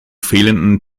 fehlenden